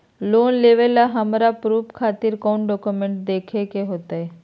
Loan लेबे ला हमरा प्रूफ खातिर कौन डॉक्यूमेंट देखबे के होतई?